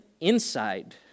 inside